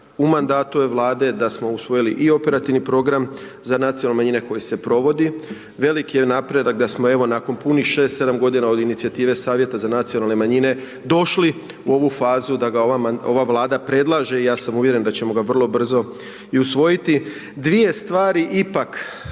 u mandatu ove vlade, da smo usvojili i operativni program za nacionalne manjine, koje se provodi. Velik je napredak da smo evo, nakon punih 6, 7 g. od inicijative savjeta za nacionalne manjine došli u ovu fazu, da ga ova vlada predlaže i ja sam uvjeren da ćemo ga vrlo brzo i usvojiti. Dvije stvari, ipak